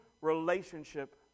relationship